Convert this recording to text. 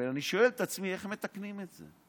ואני שואל את עצמי איך מתקנים את זה.